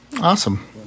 Awesome